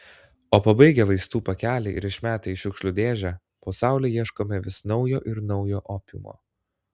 o pabaigę vaistų pakelį ir išmetę į šiukšlių dėžę po saule ieškome vis naujo ir naujo opiumo